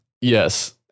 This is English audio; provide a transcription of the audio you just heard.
yes